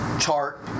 chart